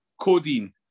codeine